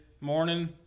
morning